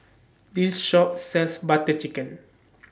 This Shop sells Butter Chicken